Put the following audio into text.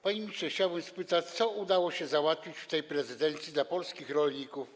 Panie ministrze, chciałbym spytać, co udało się załatwić w tej prezydencji dla polskich rolników.